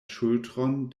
ŝultron